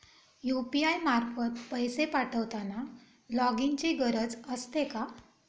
UPI मार्फत पैसे पाठवताना लॉगइनची गरज असते का?